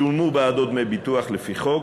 שולמו בעדו דמי ביטוח לפי חוק,